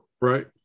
Right